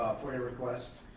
foia requests,